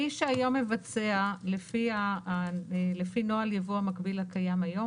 מי שהיום מבצע לפי נוהל יבוא המקביל הקיים היום,